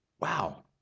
Wow